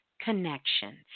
connections